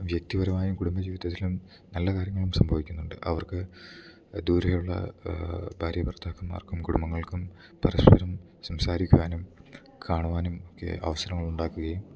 വ്യക്തിപരമായും കുടുംബജീവിതത്തിലും നല്ല കാര്യങ്ങളും സംഭവിക്കുന്നുണ്ട് അവർക്ക് ദൂരെ ഉള്ള ഭാര്യ ഭർത്താക്കന്മാർക്കും കുടുംബങ്ങൾക്കും പരസ്പരം സംസാരിക്കുവാനും കാണുവാനും ഒക്കെ അവസരങ്ങൾ ഉണ്ടാക്കുകയും